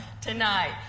tonight